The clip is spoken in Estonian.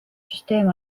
süsteem